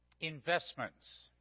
Investments